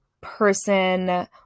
person